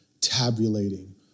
tabulating